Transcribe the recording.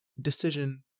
decision